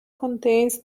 contains